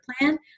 plan